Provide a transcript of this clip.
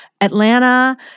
Atlanta